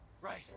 Right